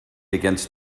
against